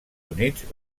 units